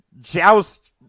Joust